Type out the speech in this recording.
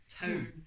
tone